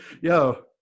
Yo